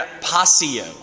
passio